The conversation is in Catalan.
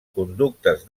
conductes